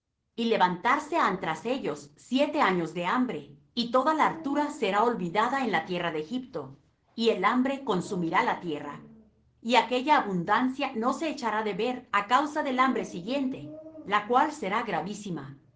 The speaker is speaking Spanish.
y levantarse han tras ellos siete años de hambre y toda la hartura será olvidada en la tierra de egipto y el hambre consumirá la tierra y aquella abundancia no se echará de ver á causa del hambre siguiente la cual será gravísima